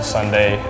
Sunday